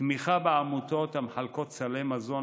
תמיכה בעמותות המחלקות סלי מזון